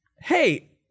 hey